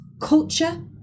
culture